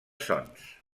sons